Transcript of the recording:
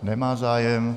Nemá zájem.